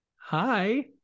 hi